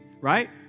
Right